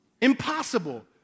Impossible